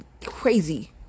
crazy